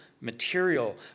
material